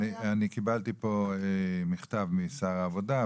אני קיבלתי פה מכתב משר העבודה,